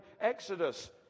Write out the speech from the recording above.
Exodus